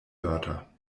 wörter